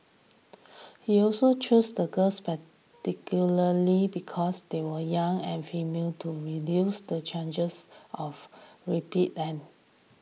he also chose the girls spectacularly because they were young and female to reduce the changes of